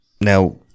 Now